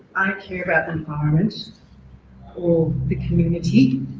i don't care about the environment or the community,